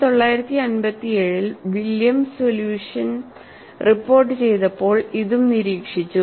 1957 ൽ Williams solution report ചെയ്തപ്പോൾ ഇതും നിരീക്ഷിച്ചു